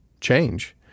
change